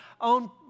own